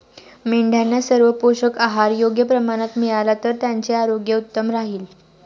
मेंढ्यांना सर्व पोषक आहार योग्य प्रमाणात मिळाला तर त्यांचे आरोग्य उत्तम राहील